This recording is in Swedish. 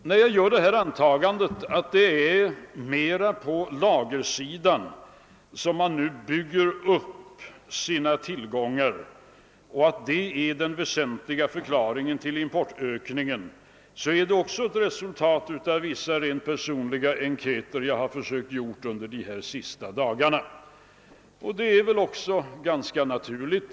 När jag gör antagandet att det huvudsakligen är på lagersidan som man nu bygger upp tillgångarna och att detta är den väsentliga förklaringen till importökningen, så är det resultatet av vissa personliga enkäter, som jag under de senaste dagarna har försökt göra. Detta är också ganska naturligt.